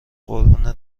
قربون